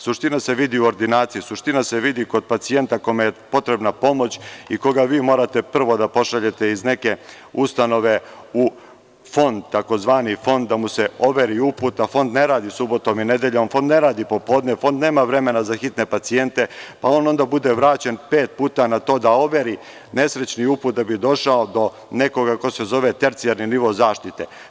Suština se vidi u ordinaciji, suština se vidi kod pacijenta kome je potrebna pomoć i koga vi morateprvo da pošaljete iz neke ustanove u tzv. Fond da mu se overi uput, a Fond ne radi subotom i nedeljom, a Fond ne radi popodne, Fond nema vremena za hitne pacijente, pa onda bude vraćen pet puta na to da overi nesrećni uput da bi došao do nekoga ko se zove tercijalni nivo zaštite.